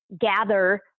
gather